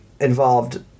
involved